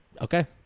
Okay